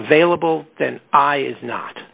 available then i is not